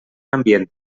ambient